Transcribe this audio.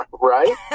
Right